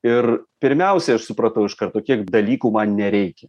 ir pirmiausiai aš supratau iš karto kiek dalykų man nereik